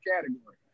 category